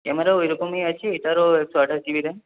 ক্যামেরাও এরকমই আছে এটারও একশো আঠাশ জি বি র্যাম